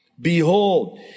Behold